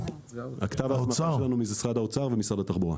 כתב ההסמכה שלנו זה משרד האוצר ומשרד התחבורה.